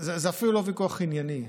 וזה אפילו לא ויכוח ענייני,